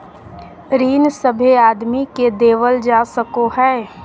ऋण सभे आदमी के देवल जा सको हय